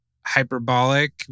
hyperbolic